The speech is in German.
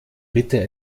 bitte